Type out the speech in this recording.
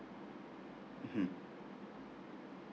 mmhmm